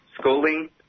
schooling